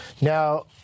Now